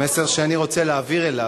המסר שאני רוצה להעביר אליו,